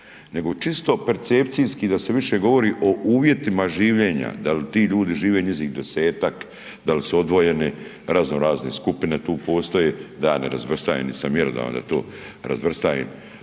nego čisto percepcijski da se više govori o uvjetima življenja, dal ti ljude njijzi 10-tak, dal su odvojeni, razno razne skupne tu postoje da ja ne razvrstajem, nisam mjerodavan da to razvrstajem,